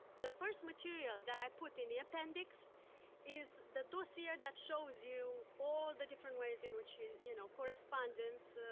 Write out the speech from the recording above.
the first material that i put in the appendix is the dossier that shows you all the different ways in which he you know, correspondence,